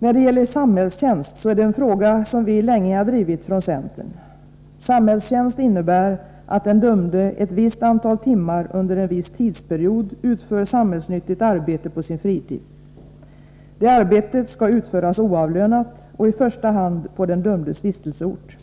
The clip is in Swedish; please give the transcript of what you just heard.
Frågan om samhällstjänst är en fråga som vi länge har drivit från centern. Samhällstjänst innebär att den dömde ett visst antal timmar under en viss tidsperiod utför samhällsnyttigt arbete på sin fritid. Det arbetet skall utföras oavlönat och i första hand på den dömdes vistelseort.